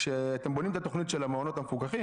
כשאתם בונים את התכנית של המעונות המפוקחים,